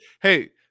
hey